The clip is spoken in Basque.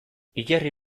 hilerri